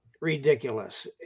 ridiculous